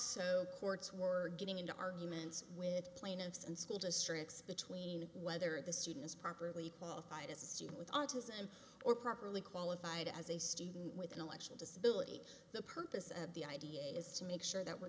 so courts were getting into arguments with plaintiffs and school districts between whether the students properly paul if i had a student with autism or properly qualified as a student with disability the purpose of the idea is to make sure that we're